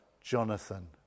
Jonathan